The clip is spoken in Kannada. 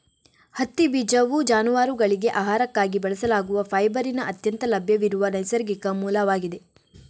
ಹತ್ತಿ ಬೀಜವು ಜಾನುವಾರುಗಳಿಗೆ ಆಹಾರಕ್ಕಾಗಿ ಬಳಸಲಾಗುವ ಫೈಬರಿನ ಅತ್ಯಂತ ಲಭ್ಯವಿರುವ ನೈಸರ್ಗಿಕ ಮೂಲವಾಗಿದೆ